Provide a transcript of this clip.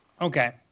Okay